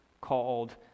called